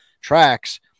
tracks